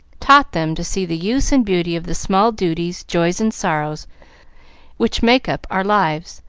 taught them to see the use and beauty of the small duties, joys, and sorrows which make up our lives,